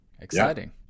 exciting